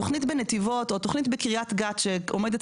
תוכנית בנתיבות או תוכנית בקריית גת שעומדת